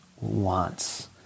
wants